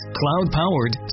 cloud-powered